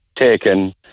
taken